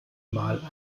mal